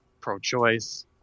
pro-choice